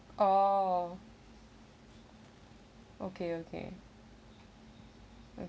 oh okay okay